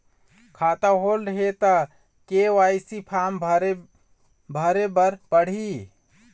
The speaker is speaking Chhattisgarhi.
खाता होल्ड हे ता के.वाई.सी फार्म भरे भरे बर पड़ही?